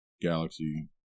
galaxy